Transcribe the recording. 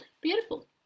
Beautiful